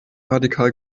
radikal